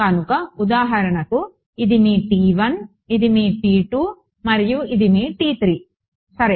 కనుక ఉదాహరణకు ఇది మీ ఇది మీ మరియు ఇది మీ సరే